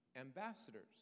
ambassadors